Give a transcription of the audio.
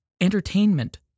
entertainment